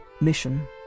mission